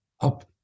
up